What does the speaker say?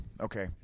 Okay